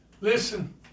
Listen